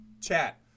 chat